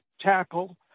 tackle